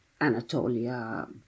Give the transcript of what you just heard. Anatolia